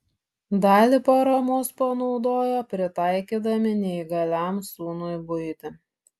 dalį paramos panaudojo pritaikydami neįgaliam sūnui buitį